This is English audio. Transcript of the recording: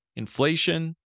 inflation